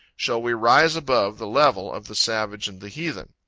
shall we rise above the level of the savage and the heathen.